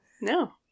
No